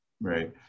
Right